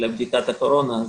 לבדיקת הקורונה.